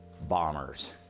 bombers